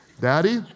Daddy